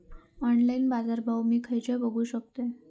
Online बाजारभाव मी खेच्यान बघू शकतय?